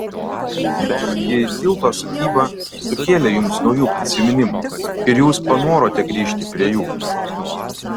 betgi tilto statyba sukėlė jums naujų prisiminimų ir jūs panorote grįžt prie jų